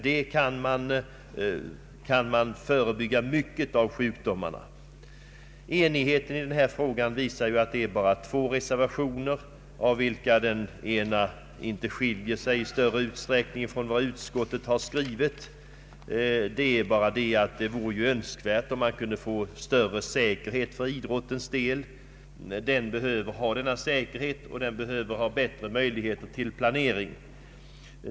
De kan förebygga många sjukdomar. Det är stor enighet i denna fråga, vilket framgår av att bara två reservationer föreligger av vilka den ena inte skiljer sig så mycket från utskottets skrivning. Det vore dock önskvärt med större säkerhet för idrottens del. Den behöver det liksom den behöver större möjligheter till planering.